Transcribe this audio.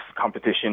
competition